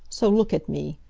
so, look at me.